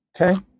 Okay